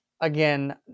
again